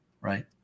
Right